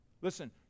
Listen